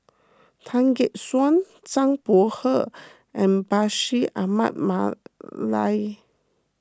Tan Gek Suan Zhang Bohe and Bashir Ahmad Mallal